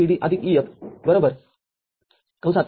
B C